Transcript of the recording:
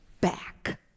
back